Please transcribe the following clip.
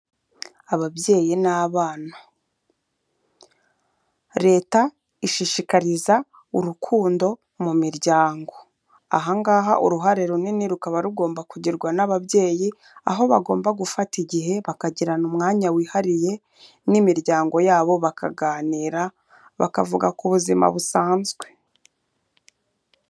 Ababyeyi n'abana. Leta ishishiriza urukundo mu miryango. Aha ngaha uruhare runini rukaba rugomba kugirwa n'ababyeyi, aho bagomba gufata igihe bakagirana umwanya wihariye n'imiryango yabo bakaganira, bakavuga ku buzima busanzwe.